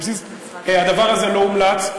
הדבר הזה לא הומלץ.